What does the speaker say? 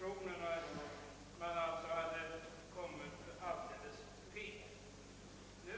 Herr talman!